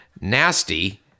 nasty